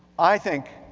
i think,